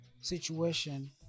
situation